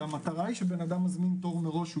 כי המטרה היא כשבן אדם מזמין תור מראש שהוא